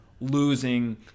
losing